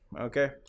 Okay